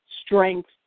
strength